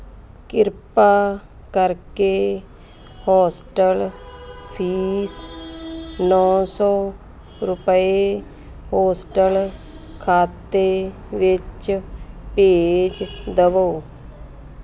ਕਿਰਪਾ ਕਰਕੇ hostel fees ਨੌਂ ਸੌ ਰੁਪਏ ਹੋਸਟਲ ਖਾਤੇ ਵਿੱਚ ਭੇਜ ਦੇਵੋ